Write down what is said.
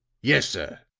yes, sir,